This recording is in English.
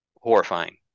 horrifying